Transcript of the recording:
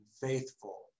faithful